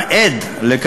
תווית?